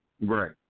Right